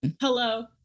Hello